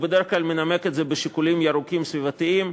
הוא בדרך כלל מנמק את זה בשיקולים ירוקים סביבתיים,